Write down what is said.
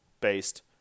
based